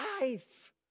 life